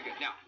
Now